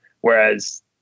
Whereas